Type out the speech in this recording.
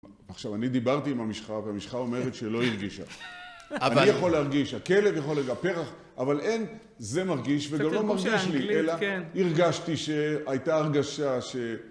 עכשיו, אני דיברתי עם המשחה והמשחה אומרת שלא הרגישה, אני יכול להרגיש, הכלב יכול לגפר, אבל אין זה מרגיש וגם לא מרגיש לי, אלא הרגשתי שהייתה הרגשה ש...